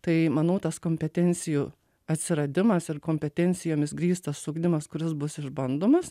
tai manau tas kompetencijų atsiradimas ir kompetencijomis grįstas ugdymas kuris bus išbandomas